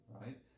right